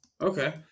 okay